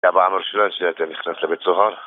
זו הפעם הראשונה שלי, אתה נכנס לבית סוהר